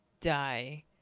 die